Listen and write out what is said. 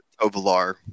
Ovalar